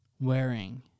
wearing